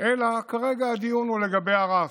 אלא כרגע הדיון הוא לגבי הרף.